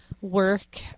work